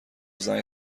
زنگ